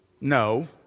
No